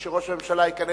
כשראש הממשלה ייכנס,